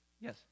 Yes